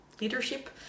leadership